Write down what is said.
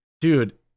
dude